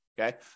Okay